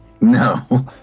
No